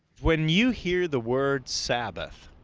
when you hear the word sabbath,